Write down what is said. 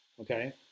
okay